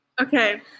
Okay